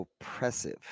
oppressive